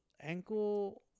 ankle